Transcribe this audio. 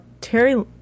Terry